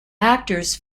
actors